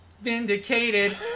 vindicated